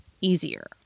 easier